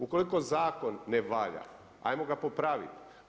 Ukoliko zakon ne valja, ajmo ga popraviti.